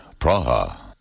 Praha